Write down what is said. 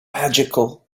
magical